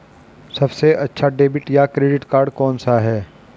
सबसे अच्छा डेबिट या क्रेडिट कार्ड कौन सा है?